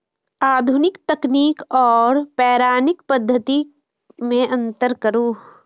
आधुनिक तकनीक आर पौराणिक पद्धति में अंतर करू?